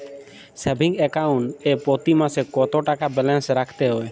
Savings account এ প্রতি মাসে কতো টাকা ব্যালান্স রাখতে হবে?